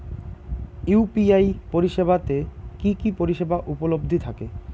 UPI পরিষেবা তে কি কি পরিষেবা উপলব্ধি থাকে?